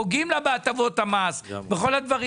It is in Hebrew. פוגעים לה בהטבות המס, בכל הדברים